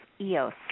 Eos